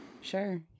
Sure